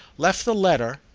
left the letter,